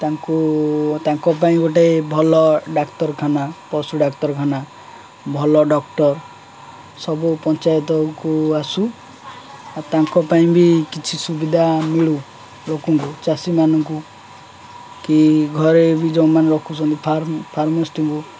ତାଙ୍କୁ ତାଙ୍କ ପାଇଁ ଗୋଟେ ଭଲ ଡାକ୍ତରଖାନା ପଶୁ ଡାକ୍ତରଖାନା ଭଲ ଡକ୍ଟର ସବୁ ପଞ୍ଚାୟତକୁ ଆସୁ ଆଉ ତାଙ୍କ ପାଇଁ ବି କିଛି ସୁବିଧା ମିଳୁ ଲୋକଙ୍କୁ ଚାଷୀମାନଙ୍କୁ କି ଘରେ ବି ଯେଉଁମାନେ ରଖୁଛନ୍ତି ଫାର୍ମାଷ୍ଟିଙ୍କୁ